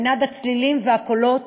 על מנעד הצלילים והקולות,